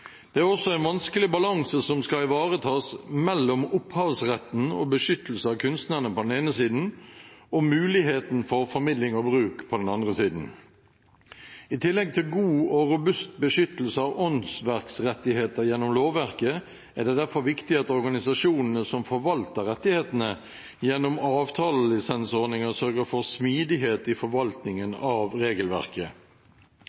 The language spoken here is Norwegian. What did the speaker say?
Det er også en vanskelig balanse som skal ivaretas, mellom opphavsretten og beskyttelse av kunstnerne på den ene siden og muligheten for formidling og bruk på den andre siden. I tillegg til god og robust beskyttelse av åndsverksrettigheter gjennom lovverket, er det derfor viktig at organisasjonene som forvalter rettighetene gjennom avtalelisensordninger, sørger for smidighet i forvaltningen